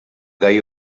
gai